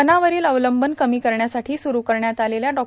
वनावरोल अंवलंबीत्व कमी करण्यासाठी सुरु करण्यात आलेल्या डॉ